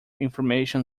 information